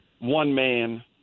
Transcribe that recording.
one-man